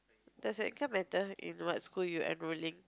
does your income matter in what school you're enrolling